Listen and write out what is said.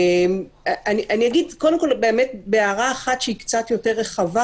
קודם כל, בהערה שהיא יותר רחבה